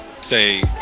say